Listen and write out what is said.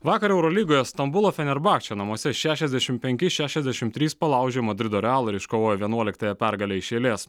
vakar eurolygoje stambulo fenerbakče namuose šešiasdešim penki dvitaškis šešiasdešimt trys palaužė madrido realą ir iškovojo vienuoliktąją pergalę iš eilės